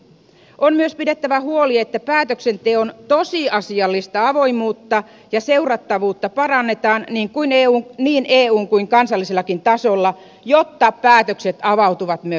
on myös pidettävä huoli että päätöksenteon tosiasiallista avoimutta ja seurattavuutta parannetaan niin eun kuin kansallisellakin tasolla jotta päätökset avautuvat myös kansalaisille